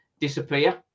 disappear